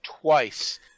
twice